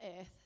earth